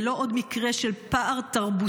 זה לא עוד מקרה של פער תרבותי,